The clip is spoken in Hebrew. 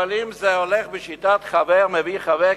אבל אם זה הולך בשיטת חבר מביא חבר,